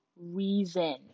reason